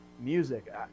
music